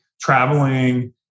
traveling